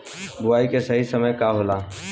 बुआई के सही समय का होला?